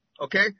okay